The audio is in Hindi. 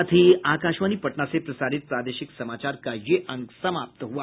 इसके साथ ही आकाशवाणी पटना से प्रसारित प्रादेशिक समाचार का ये अंक समाप्त हुआ